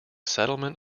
settlement